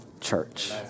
church